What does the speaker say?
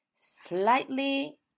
Slightly